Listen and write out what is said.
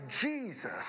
Jesus